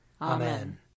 Amen